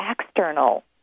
external